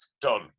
done